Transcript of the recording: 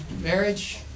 marriage